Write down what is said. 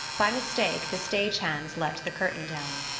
by mistake, the stage hands let the curtain down.